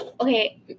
Okay